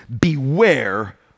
Beware